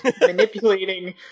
manipulating